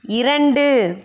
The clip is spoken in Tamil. இரண்டு